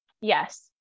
yes